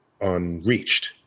unreached